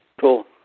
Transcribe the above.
Cool